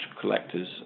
collectors